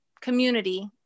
community